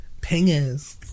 pingers